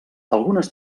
algunes